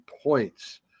points